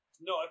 No